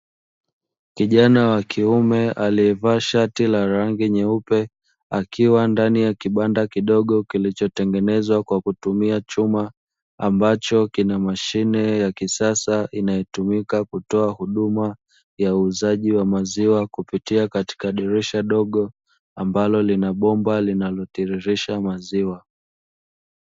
Kijana wa kiume aliyevaa shati la rangi nyeupe, akiwa ndani ya kibanda kidogo kilicho tengenezwa kwa kutumia chuma, ambacho kina mashine ya kisasa inayotumika kutoa huduma ya uuzaji wa maziwa, kupitia katika dirisha dogo ambalo lina bomba linalotiririsha maziwa.